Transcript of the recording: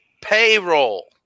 payroll